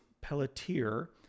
Pelletier